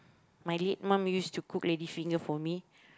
my late mom used to cook lady's finger for me